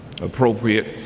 appropriate